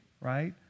right